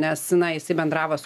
nes na jisai bendravo